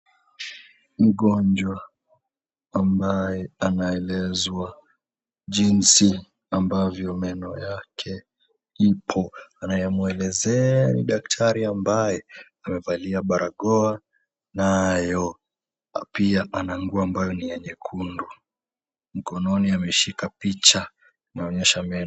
Mgonjwa ambaye anaelezwa jinsi ambavyo meno yake ipo. Anayemwelezea ni daktari ambaye amevalia barakoa nayo pia ana nguo ambayo ni ya nyekundu. Mkononi ameshika picha inayoonyesha meno.